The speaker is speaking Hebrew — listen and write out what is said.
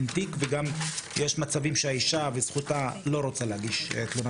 אין תיק וגם יש מצבים שהאישה וזכותה לא רוצה להגיש תלונה